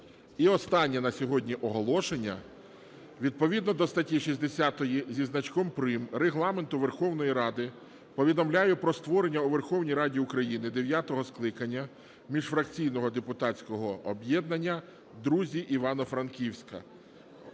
І останнє оголошення. Відповідно до статті 60 зі значком "прим." Регламенту Верховної Ради повідомляю про створення у Верховній Раді України дев'ятого скликання міжфракційного депутатського об'єднання "Друзі Івано-Франківська".